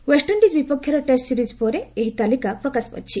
West Indies ବିପକ୍ଷରେ test series ପରେ ଏହି ତାଲିକା ପ୍ରକାଶ କରିଛି